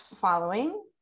following